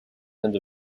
and